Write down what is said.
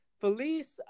Felice